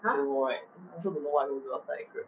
don't know right I also don't know what I want to do after I grad